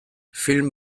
film